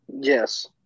yes